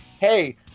hey